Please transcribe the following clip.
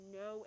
no